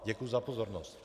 Děkuji za pozornost.